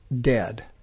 dead